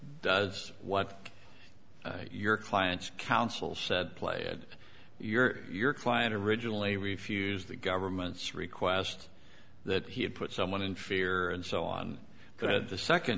does what your client's counsel said play it you're your client originally refuse the government's request that he had put someone in fear and so on because the second